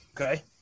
Okay